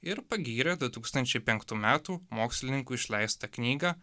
ir pagyrė du tūkstančiai penktų metų mokslininkų išleistą knygą